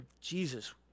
Jesus